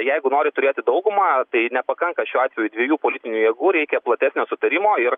jeigu nori turėti daugumą tai nepakanka šiuo atveju dviejų politinių jėgų reikia platesnio sutarimo ir